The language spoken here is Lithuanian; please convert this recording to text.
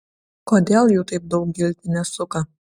kodėl jų taip daug giltinė suka